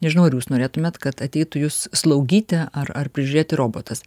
nežinau ar jūs norėtumėt kad ateitų jus slaugyti ar ar prižiūrėti robotas